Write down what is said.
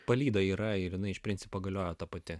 palyda yra ir jinai iš principo galioja ta pati